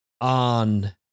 on